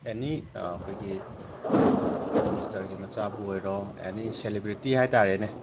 ꯑꯦꯅꯤ ꯑꯩꯈꯣꯏꯒꯤ ꯃꯤꯅꯤꯁꯇꯔꯒꯤ ꯃꯆꯥꯕꯨ ꯑꯣꯏꯔꯣ ꯑꯦꯅꯤ ꯁꯦꯂꯦꯕ꯭ꯔꯤꯇꯤ ꯍꯥꯏ ꯇꯥꯔꯦꯅꯦ